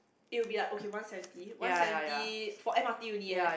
it will be like okay one seventy one seventy for M_R_T only eh